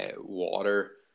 water